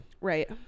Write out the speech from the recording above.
Right